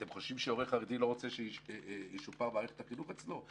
אתם חושבים שהורה חרדי לא רוצה שתשופר מערכת החינוך אצלו?